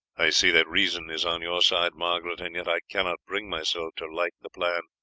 i see that reason is on your side, margaret, and yet i cannot bring myself to like the plan.